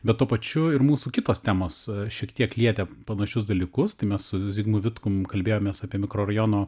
bet tuo pačiu ir mūsų kitos temos šiek tiek lietė panašius dalykus tai mes su zigmu vitkum kalbėjomės apie mikrorajono